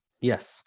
Yes